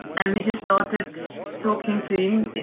and we just started talking to him,